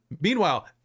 meanwhile